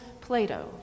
Plato